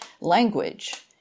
language